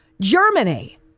Germany